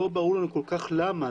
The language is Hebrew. לא ברור לנו כל כך למה.